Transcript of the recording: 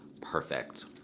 perfect